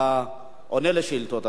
אתה עונה על שאילתות,